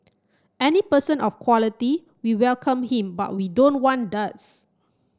any person of quality we welcome him but we don't want duds